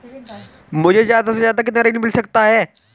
मुझे ज्यादा से ज्यादा कितना ऋण मिल सकता है?